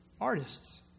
artists